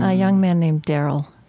ah young man named darryl.